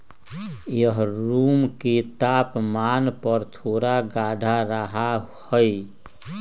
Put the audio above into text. यह रूम के तापमान पर थोड़ा गाढ़ा रहा हई